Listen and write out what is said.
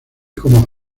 como